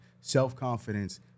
Self-confidence